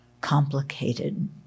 complicated